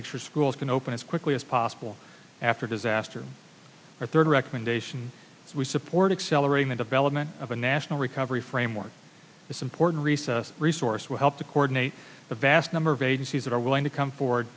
sure schools can open as quickly as possible after disaster our third recommendation is we support accelerating the development of a national recovery framework this important recess resource will help to coordinate the vast number of agencies that are willing to come forward